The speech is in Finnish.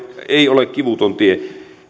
ei ole kivuton tie